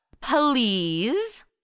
Please